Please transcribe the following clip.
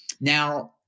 Now